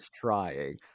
trying